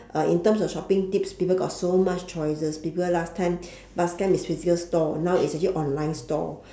uh in terms of shopping tips people got so much choices people last time last time is physical store now is actually online store